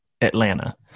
Atlanta